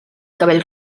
cabell